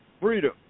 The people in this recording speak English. Freedom